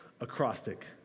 acrostic